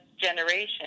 generation